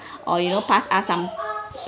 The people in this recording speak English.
or you know pass us some